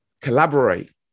collaborate